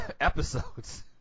episodes